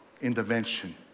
intervention